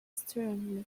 sternly